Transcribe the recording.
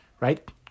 right